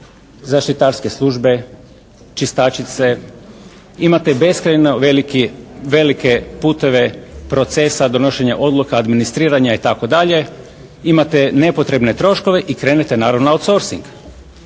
zaštitarske službe, čistačice, imate beskrajno velike puteve procesa donošenja odluka administriranja itd., imate nepotrebne troškove i krenete naravno out soercing.